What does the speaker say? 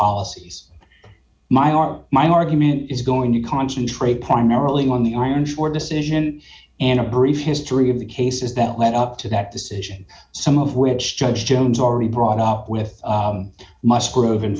policies my are my argument is going to concentrate primarily on the iron ore decision and a brief history of the cases that led up to that decision some of which judge jones already brought up with